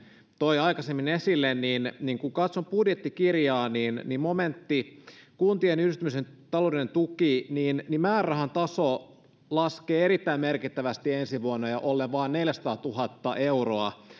toi aikaisemmin esille niin niin kun katsoo budjettikirjaa niin niin momentin kuntien yhdistymisen taloudellinen tuki määrärahan taso laskee erittäin merkittävästi ensi vuonna ollen vain neljäsataatuhatta euroa